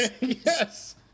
Yes